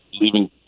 leaving